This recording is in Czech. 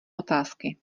otázky